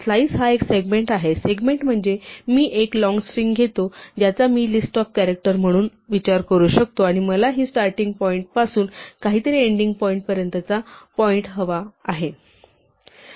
slice हा एक segment आहे सेगमेंट म्हणजे मी एक लॉन्ग स्ट्रिंग घेतो ज्याचा मी लिस्ट ऑफ कॅरॅक्टर म्हणून विचार करू शकतो आणि मला काही स्टार्टींग पॉईंट पासून काही एंडिंग पॉईंट पर्यंतचा पॉईंट हवा आहे